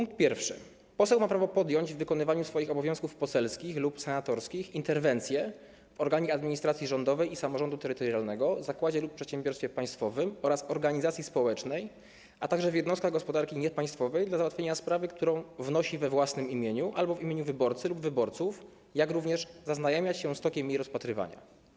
jasno mówi: Poseł lub senator ma prawo podjąć - w wykonywaniu swoich obowiązków poselskich lub senatorskich - interwencję w organie administracji rządowej i samorządu terytorialnego, zakładzie lub przedsiębiorstwie państwowym oraz organizacji społecznej, a także w jednostkach gospodarki niepaństwowej dla załatwienia sprawy, którą wnosi we własnym imieniu albo w imieniu wyborcy lub wyborców, jak również zaznajamiać się z tokiem jej rozpatrywania.